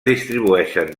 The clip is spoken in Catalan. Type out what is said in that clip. distribueixen